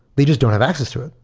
they just don't have access to it.